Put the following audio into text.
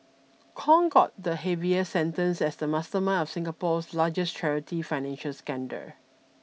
Kong got the heaviest sentence as the mastermind of Singapore's largest charity financial scandal